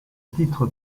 titre